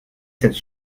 cette